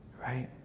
right